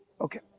Okay